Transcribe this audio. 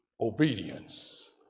obedience